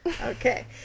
okay